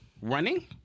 Running